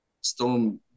Storm